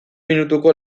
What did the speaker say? minutuko